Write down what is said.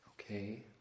okay